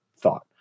thought